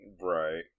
Right